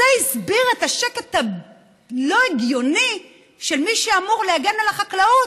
זה הסביר את השקט הלא-הגיוני של מי שאמור להגן על החקלאות.